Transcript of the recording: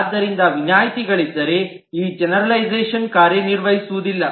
ಆದ್ದರಿಂದ ವಿನಾಯಿತಿಗಳಿದ್ದರೆ ಈ ಜೆನೆರಲೈಝಷನ್ ಕಾರ್ಯನಿರ್ವಹಿಸುವುದಿಲ್ಲ